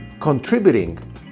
contributing